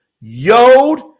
Yod